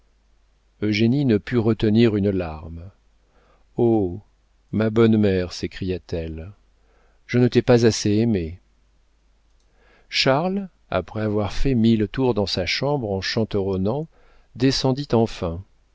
grandet eugénie ne put retenir une larme oh ma bonne mère s'écria-t-elle je ne t'ai pas assez aimée charles après avoir fait mille tours dans sa chambre en chanteronnant descendit enfin